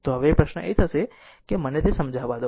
તો હવે પ્રશ્ન એ છે કે મને તે સમજાવા દો